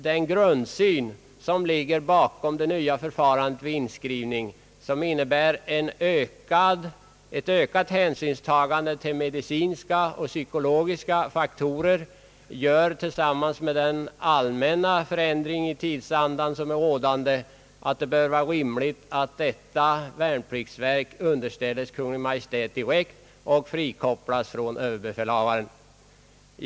Den grundsyn som ligger bakom det nya förfarandet vid inskrivning och som innebär ett ökat hänsynstagande till medicinska och psykologiska faktorer medför tillsammans med den allmänna för ändringen i tidsandan, att det bör vara rimligt att värnpliktsverket underställes Kungl. Maj:t direkt och frikopplas från överbefälhavaren.